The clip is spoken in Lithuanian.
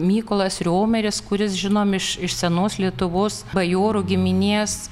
mykolas riomeris kuris žinom iš iš senos lietuvos bajorų giminės